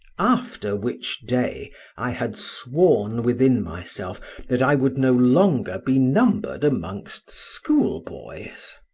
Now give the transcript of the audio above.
after which day i had sworn within myself that i would no longer be numbered amongst schoolboys.